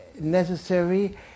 necessary